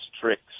tricks